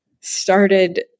started